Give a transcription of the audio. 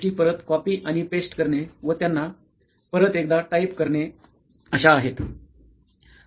त्या गोष्टी परत कॉपी आणि पेस्ट करणे व त्यांना परत एकदा टाईप करणे अश्या आहेत